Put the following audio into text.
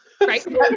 Right